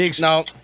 no